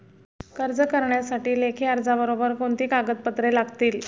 कर्ज करण्यासाठी लेखी अर्जाबरोबर कोणती कागदपत्रे लागतील?